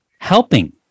helping